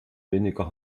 weniger